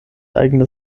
eigene